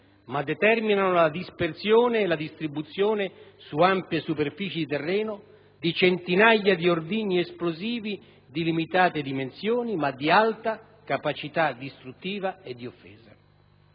ma determinano la dispersione e la distribuzione su ampie superfici di terreno di centinaia di ordigni esplosivi, di limitate dimensioni ma di alta capacità distruttiva e di offesa.